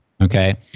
Okay